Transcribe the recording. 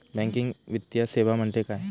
Banking वित्तीय सेवा म्हणजे काय?